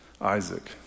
Isaac